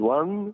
one